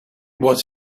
was